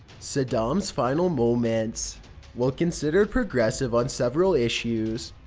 saddam's final moments while considered progressive on several issues,